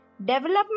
Development